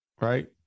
right